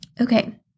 Okay